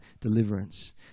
deliverance